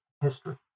history